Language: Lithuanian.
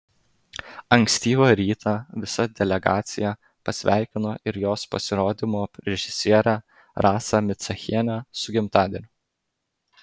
ankstyvą rytą visa delegacija pasveikino ir jos pasirodymo režisierę rasą micachienę su gimtadieniu